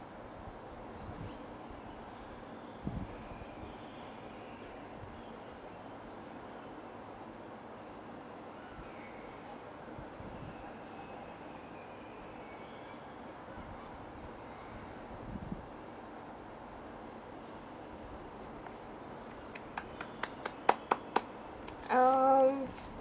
um